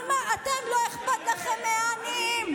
אבל אתם, לא אכפת לכם מהעניים,